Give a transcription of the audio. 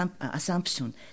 assumption